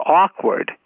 awkward